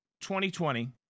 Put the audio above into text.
2020